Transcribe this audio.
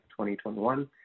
2021